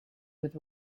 with